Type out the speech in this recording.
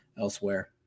elsewhere